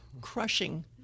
crushing